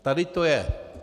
Tady to je.